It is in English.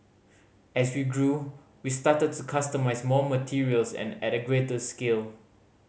as we grew we started to customise more materials and at greater scale